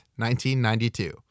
1992